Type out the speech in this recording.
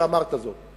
ואמרת זאת: